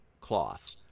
cloth